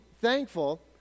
thankful